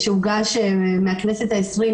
שהוגש בכנסת ה-20,